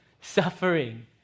suffering